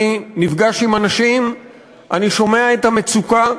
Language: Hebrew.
אני נפגש עם אנשים ואני שומע את המצוקה.